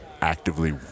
actively